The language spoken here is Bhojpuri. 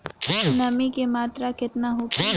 नमी के मात्रा केतना होखे?